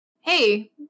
hey